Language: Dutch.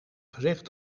gezegd